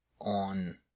on